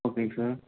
ஓகேங்க சார்